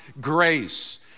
grace